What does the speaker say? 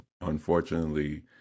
unfortunately